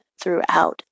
throughout